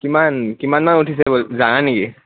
কিমান কিমান মান উঠিছে জানা নেকি